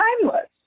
timeless